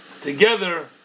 together